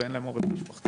ואין להם עורף משפחתי.